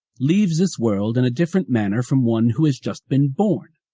leaves this world in a different manner from one who has just been born.